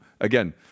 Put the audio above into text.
again